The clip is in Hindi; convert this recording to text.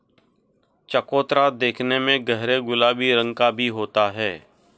चकोतरा देखने में गहरे गुलाबी रंग का भी होता है